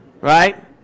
Right